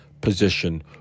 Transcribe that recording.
position